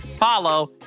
follow